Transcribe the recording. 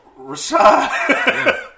Rashad